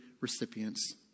recipients